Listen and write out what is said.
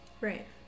Right